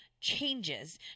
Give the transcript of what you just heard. changes